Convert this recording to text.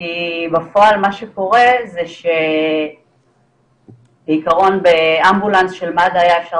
כי בפועל מה שקורה זה שבעיקרון באמבולנס של מד"א היה אפשר